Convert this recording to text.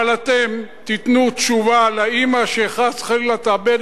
אבל אתם תיתנו תשובה לאמא שחס וחלילה תאבד